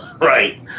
Right